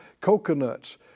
coconuts